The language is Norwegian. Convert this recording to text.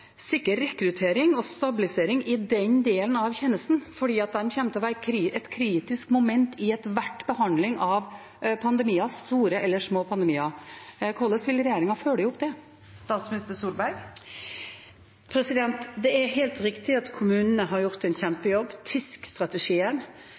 rekruttering og stabilisering i den delen av tjenesten, for de kommer til å være et kritisk moment i enhver behandling av pandemier, store eller små pandemier. Hvordan vil regjeringen følge opp det? Det er helt riktig at kommunene har gjort en